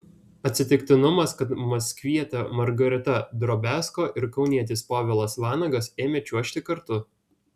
atsitiktinumas kad maskvietė margarita drobiazko ir kaunietis povilas vanagas ėmė čiuožti kartu